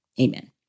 Amen